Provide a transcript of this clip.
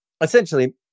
essentially